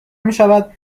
میشود